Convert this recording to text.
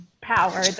power